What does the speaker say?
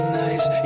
nice